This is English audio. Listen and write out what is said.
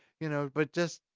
you know, but just.